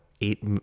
eight